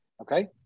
Okay